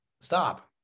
Stop